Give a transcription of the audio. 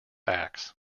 acts